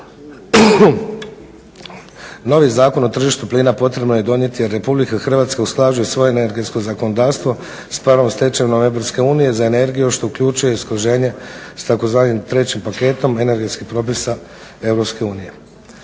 Novi Zakon o tržištu plina potrebno je donijeti jer Republika Hrvatska usklađuje svoje energetsko zakonodavstvo sa pravnom stečevinom EU za energiju što uključuje usklađenje sa tzv. trećim paketom energetskih propisa EU.